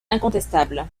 incontestable